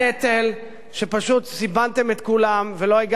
שפשוט סיבנתם את כולם ולא הגעתם לשום תוצאה,